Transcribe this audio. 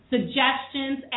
suggestions